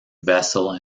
vessel